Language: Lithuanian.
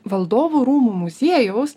valdovų rūmų muziejaus